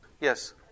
Yes